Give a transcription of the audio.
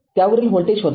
त्यावरील व्होल्टेज शोधा